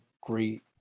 great